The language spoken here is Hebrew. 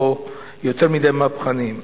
או יותר מדי מהפכניים.